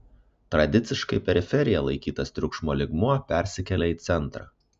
tradiciškai periferija laikytas triukšmo lygmuo persikelia į centrą